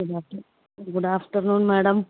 good after good afternoon madam